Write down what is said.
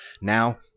Now